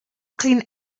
clean